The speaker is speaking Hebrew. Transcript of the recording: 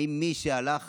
האם מי שהלך